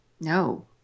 No